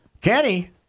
Kenny